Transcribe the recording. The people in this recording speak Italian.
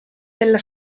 della